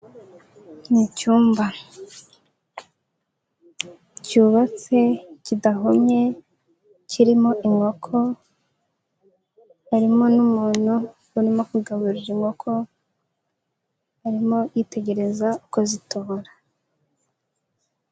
Ni icyumba cyubatse, kidahomye, kirimo inkoko, harimo n'umuntu urimo kugaburira inkoko arimo yitegereza uko zitobora.